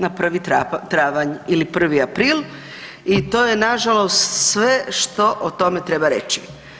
Na 1. travanj ili 1. april i to je nažalost sve što o tome treba reći.